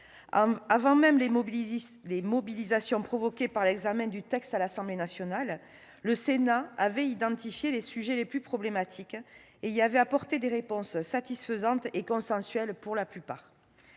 Avant même les mobilisations provoquées par l'examen du texte à l'Assemblée nationale, le Sénat avait identifié les sujets les plus problématiques et y avait apporté des réponses pour la plupart satisfaisantes et consensuelles. L'organisation